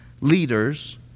leaders